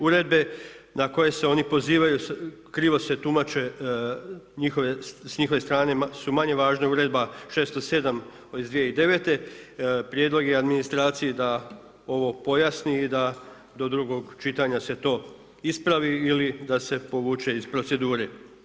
Uredbe na koje se oni pozivaju, krivo se tumače s njihove strane su manje važne Uredba 607 iz 2009., prijedlog je administraciji da ovo pojasni i da do drugog čitanja se to ispravi ili da se povuče iz procedure.